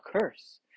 curse